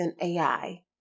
AI